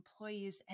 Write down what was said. employees